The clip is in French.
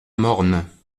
morne